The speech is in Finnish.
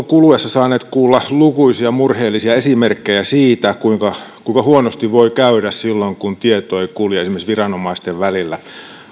kuluessa saaneet kuulla lukuisia murheellisia esimerkkejä siitä kuinka huonosti voi käydä silloin kun tieto ei kulje esimerkiksi viranomaisten välillä